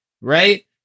right